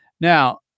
Now